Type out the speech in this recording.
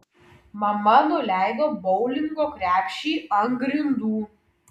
mama nuleido boulingo krepšį ant grindų